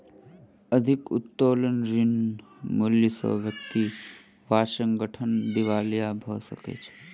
अधिक उत्तोलन ऋण मूल्य सॅ व्यक्ति वा संगठन दिवालिया भ सकै छै